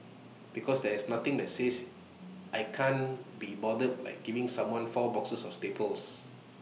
because there is nothing that says I can't be bothered like giving someone four boxes of staples